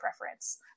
preference